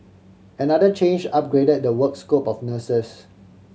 another change upgraded the work scope of nurses